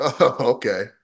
Okay